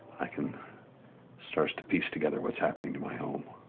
i can start to piece together what's happening to my home.